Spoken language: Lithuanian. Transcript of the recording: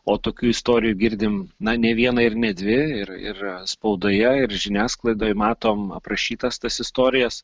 o tokių istorijų girdim na ne vieną ir ne dvi ir ir spaudoje ir žiniasklaidoj matom aprašytas tas istorijas